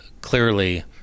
clearly